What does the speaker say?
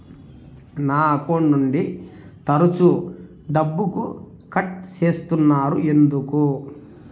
నా అకౌంట్ నుండి తరచు డబ్బుకు కట్ సేస్తున్నారు ఎందుకు